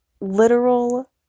literal